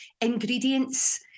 ingredients